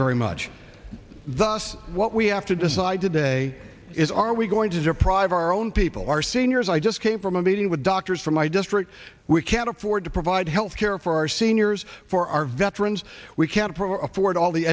very much thus what we have to decide today is are we going these are private our own people our seniors i just came from a meeting with doctors from my district we can't afford to provide health care for our seniors for our veterans we can't for afford all the